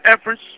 efforts